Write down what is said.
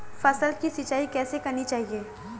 फसल की सिंचाई कैसे करनी चाहिए?